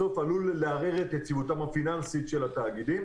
בסוף עלול לערער את יציבותם הפיננסית של התאגידים,